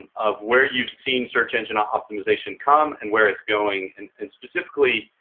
of where you've seen search engine ah optimization come and where it's going and and specifically,